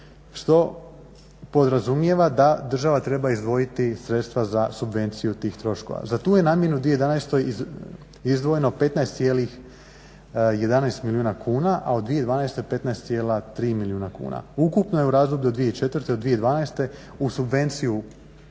što podrazumijeva da država treba izdvojiti sredstva za subvenciju tih troškova. Za tu je namjenu u 2011. izdvojeno 15,11 milijuna kuna, a u 2012. 15,3 milijuna kuna. Ukupno je u razdoblju od 2004. do 2012. u subvenciju